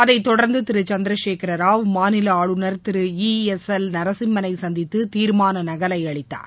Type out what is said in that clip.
அதைத் தொடர்ந்து திரு சந்திரசேகர ராவ் மாநில ஆளுநர் திரு இ எஸ் எல் நரசிம்மனை சந்தித்து தீர்மான நகலை அளித்தார்